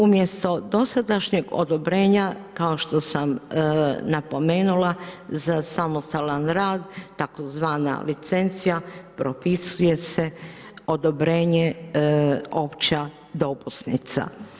Umjesto dosadašnjeg odobrenja, kao što sam napomenula za samostalan rad, tzv. licencija, propisuje se odobrenje opća dopusnica.